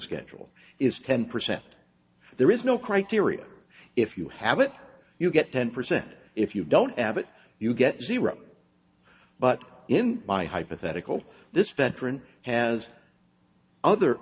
schedule is ten percent there is no criteria if you have it you get ten percent if you don't have it you get zero but in my hypothetical this veteran has other